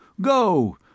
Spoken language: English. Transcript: Go